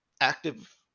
active